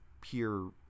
pure